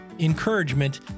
encouragement